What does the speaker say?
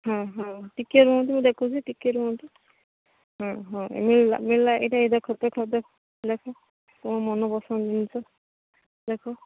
ହଁ ହଁ ଟିକିଏ ରୁହନ୍ତୁ ମୁଁ ଦେଖୁଛି ଟିକିଏ ରୁହନ୍ତୁ ହଁ ହଁ ମିଳିଲା ମିଳିଲା ଏଇଟା ଏଇ ଦେଖ ଦେଖ ଦେଖ ତୁମ ମନ ପସନ୍ଦର ଜିନିଷ ଦେଖ